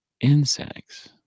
insects